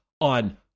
on